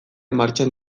martxan